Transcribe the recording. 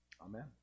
Amen